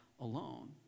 Alone